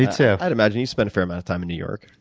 yeah i'd imagine you spend a fair amount of time in new york.